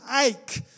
ache